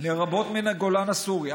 לרבות מן הגולן הסורי,